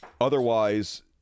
otherwise